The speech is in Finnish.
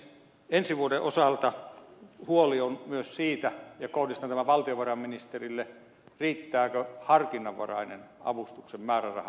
ensi vuoden osalta huoli on myös siitä ja kohdistan tämän valtiovarainministerille riittääkö harkinnanvarainen avustuksen määräraha